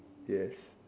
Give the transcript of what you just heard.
yes